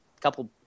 couple